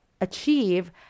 achieve